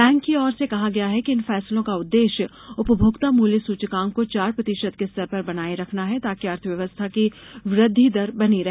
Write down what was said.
bank की ओर से कहा गया है कि इन फैसलों का उद्देश्य उपभोक्ता मूल्य सूचकांक को चार प्रतिशत के स्तर पर बनाये रखना है ताकि अर्थव्यवस्था की वृद्वि दर बनी रहे